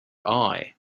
eye